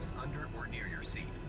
and or near near sea,